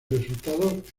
resultados